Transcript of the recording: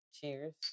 Cheers